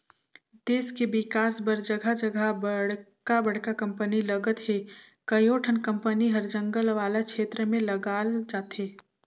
देस के बिकास बर जघा जघा बड़का बड़का कंपनी लगत हे, कयोठन कंपनी हर जंगल वाला छेत्र में लगाल जाथे